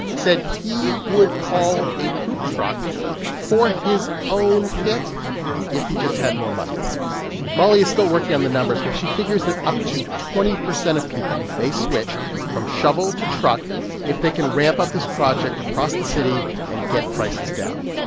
said he would call a poop truck for his own pit if he just had more money molly is still working on the numbers, but she figures that up to twenty percent of people may switch from shovel to truck if they can ramp up this project across the city and get prices down.